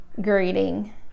greeting